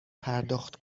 پرداخت